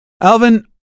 Alvin